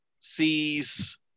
sees